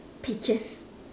peaches